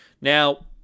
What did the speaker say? Now